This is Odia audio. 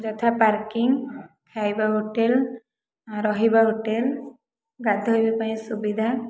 ଯଥା ପାର୍କିଂ ଖାଇବା ହୋଟେଲ ରହିବା ହୋଟେଲ ଗାଧୋଇବା ପାଇଁ ସୁବିଧା